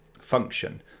function